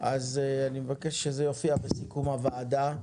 אני מבקש שזה יופיע בסיכום הוועדה,